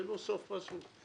זה לא סוף פסוק.